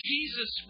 Jesus